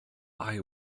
eye